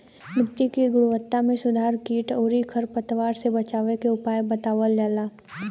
मिट्टी के गुणवत्ता में सुधार कीट अउरी खर पतवार से बचावे के उपाय बतावल जाला